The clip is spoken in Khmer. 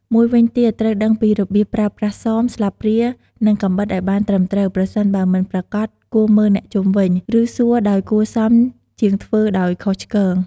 មួយវិញទៀត ត្រូវដឹងពីរបៀបប្រើប្រាស់សម ស្លាបព្រា និងកាំបិតឱ្យបានត្រឹមត្រូវ ប្រសិនបើមិនប្រាកដ គួរមើលអ្នកជុំវិញ ឬសួរដោយគួរសមជាងធ្វើដោយខុសឆ្គង។